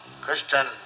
Christian